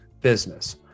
business